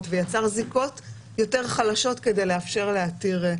ויצר זיקות יותר חלשות כדי לאפשר להתיר,